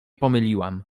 pomyliłam